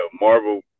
Marvel